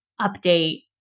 update